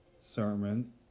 sermon